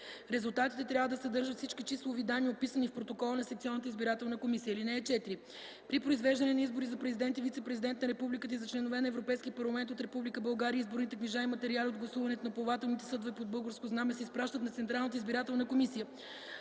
Резултатите трябва да съдържат всички числови данни, описани в протокола на секционната избирателна комисия. (4) При произвеждане на избори за президент и вицепрезидент на републиката и за членове на Европейския парламент от Република България изборните книжа и материали от гласуването на плавателните съдове под българско знаме се изпращат на Централната избирателна комисия,